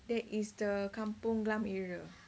that is the kampung glam area